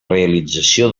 realització